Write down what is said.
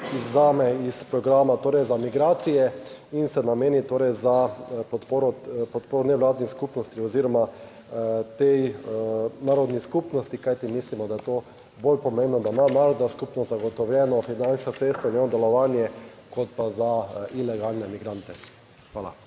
iz programa, torej za migracije, in se nameni torej za podporo, podporo nevladnim skupnosti oziroma tej narodni skupnosti. Kajti mislimo, da je to bolj pomembno, da ima narodna skupnost zagotovljena finančna sredstva in njeno delovanje, kot pa za ilegalne migrante. Hvala.